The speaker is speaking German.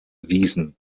wiesen